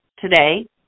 today